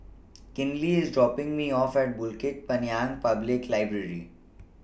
Kinley IS dropping Me off At Bukit Panjang Public Library